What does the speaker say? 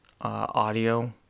audio